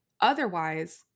otherwise